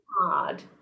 hard